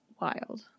wild